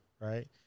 right